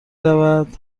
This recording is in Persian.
رود